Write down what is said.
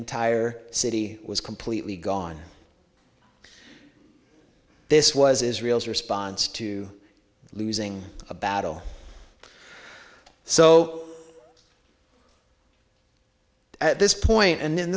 entire city was completely gone this was israel's response to losing a battle so at this point and then